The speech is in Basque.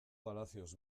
palacios